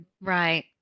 Right